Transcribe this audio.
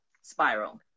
spiral